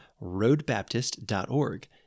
roadbaptist.org